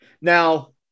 Now